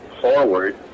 forward